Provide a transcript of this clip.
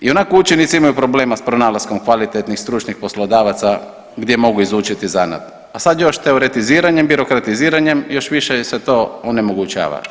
I onako učenici imaju problema s pronalaskom kvalitetnih stručnih poslodavaca gdje mogu izučiti zanat, a sad još teoretiziranjem, birokratiziranjem još više ih se to onemogućava.